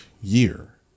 year